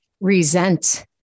resent